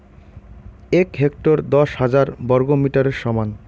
এক হেক্টর দশ হাজার বর্গমিটারের সমান